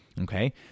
okay